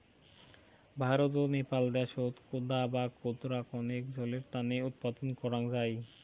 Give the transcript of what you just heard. ভারত ও নেপাল দ্যাশত কোদা বা কোদরা কণেক জলের তানে উৎপাদন করাং যাই